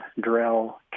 drill